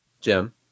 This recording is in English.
Jim